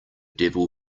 devil